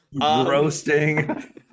Roasting